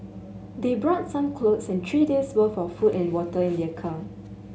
they brought some clothes and three days' worth of food and water in their car